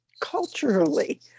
culturally